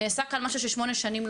נעשה כאן משהו שלא עשו שמונה שנים.